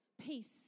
peace